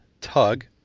Tug